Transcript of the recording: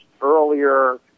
earlier